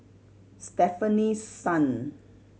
Stefanie Sun